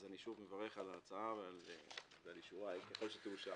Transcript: אני שוב מברך על ההצעה ועל אישורה, ככל שתאושר.